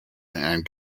and